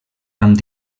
amb